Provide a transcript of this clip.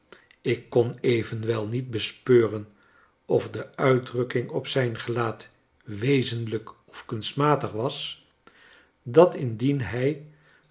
ik kon evenwel niet bespeuren of de uitdrukking op zijn gelaat wezenlijk of kunstmatig was dat indien hij